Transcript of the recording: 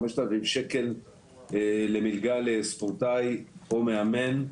5000 שקל למגלה לספורטאי או מאמן.